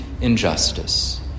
injustice